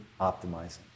optimizing